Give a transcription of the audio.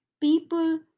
people